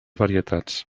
varietats